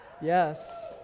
Yes